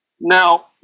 Now